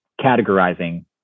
categorizing